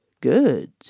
Good